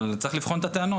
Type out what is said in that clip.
אבל צריך לבחון את הטענות,